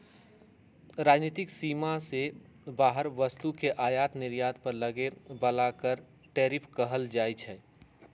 राजनीतिक सीमा से बाहर वस्तु के आयात निर्यात पर लगे बला कर के टैरिफ कहल जाइ छइ